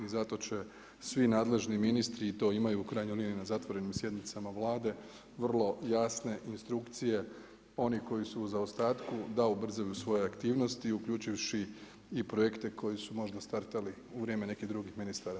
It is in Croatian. I zato će svi nadležni ministri i to imaju u krajnjoj liniji na zatvorenim sjednicama Vlade vrlo jasne instrukcije onih koji su u zaostatku da ubrzaju svoje aktivnosti uključivši i projekte koji su možda startali u vrijeme nekih drugih ministara.